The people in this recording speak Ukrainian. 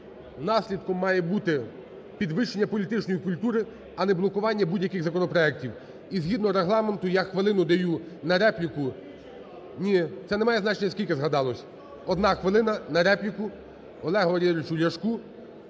наслідком має бути підвищення політичної культури, а не блокування будь-яких законопроектів. І згідно Регламенту я хвилину даю на репліку. Ні, це не має значення, скільки згадалось. 1 хвилина на репліку Олегу Валерійовичу Ляшку.